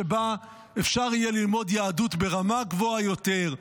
שבה אפשר יהיה ללמוד יהדות ברמה גבוהה יותר,